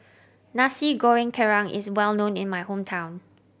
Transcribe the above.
Nasi Goreng Kerang is well known in my hometown